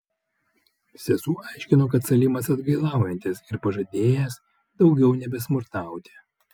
sesuo aiškino kad salimas atgailaujantis ir pažadėjęs daugiau nebesmurtauti